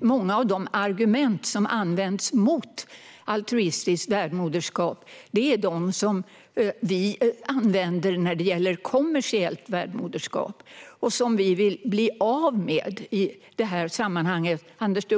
Många av de argument som används mot altruistiskt värdmoderskap är de vi använder mot kommersiellt värdmoderskap, som vi ju i detta sammanhang vill bli av med.